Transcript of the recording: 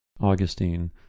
Augustine